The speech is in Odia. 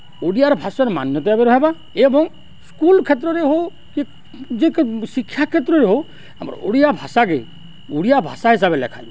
ଓଡ଼ିଆ ଭାଷାର୍ ମାନ୍ୟତା ବି ରହେବା ଏବଂ ସ୍କୁଲ୍ କ୍ଷେତ୍ରରେ ହଉ କି ଯେ ଶିକ୍ଷା କ୍ଷେତ୍ରରେ ହେଉ ଆମର ଓଡ଼ିଆ ଭାଷାକେ ଓଡ଼ିଆ ଭାଷା ହିସାବେ ଲେଖ୍ମା